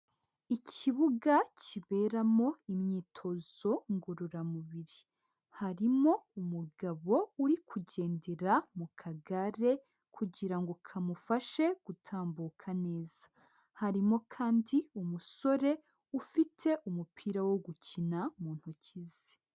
Ikibuga kiberamo imyitozo ngororamubiri. Harimo umugabo uri kugendera mu kagare kugira ngo kamufashe gutambuka neza. Harimo kandi umusore ufite umupira wo gukina mu ntoki ze.